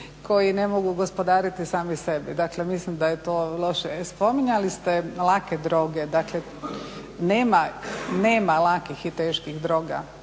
koji ne mogu gospodariti sami sebi. Dakle, mislim da je to loše. Spominjali ste lake droge, dakle nema lakih i teških droga.